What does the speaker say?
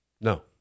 No